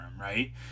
right